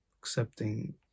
accepting